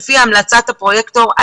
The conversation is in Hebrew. כפי המלצת הפרויקטור,